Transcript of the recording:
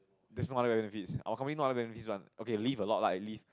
there's no other benefits okay leave a lot lah leave